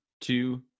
two